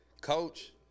Coach